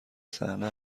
صحنه